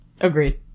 Agreed